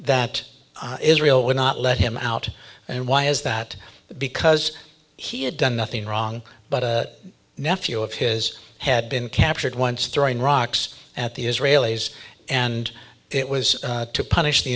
that israel would not let him out and why is that because he had done nothing wrong but a nephew of his had been captured once throwing rocks at the israelis and it was to punish the